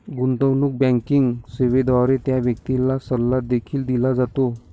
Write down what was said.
गुंतवणूक बँकिंग सेवेद्वारे त्या व्यक्तीला सल्ला देखील दिला जातो